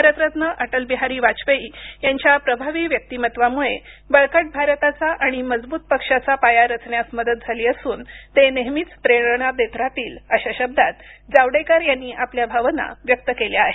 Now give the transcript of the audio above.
भारतरत्न अटलबिहारी वाजपेयी यांच्या प्रभावी व्यक्तिमत्त्वामुळे बळकट भारताचा आणि मजबूत पक्षाचा पाया रचण्यात मदत झाली असून ते नेहमीच प्रेरणा देत राहतील अशा शब्दांत जावडेकर यांनी आपल्या भावना व्यक्त केल्या आहेत